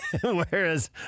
Whereas